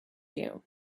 you